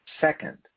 Second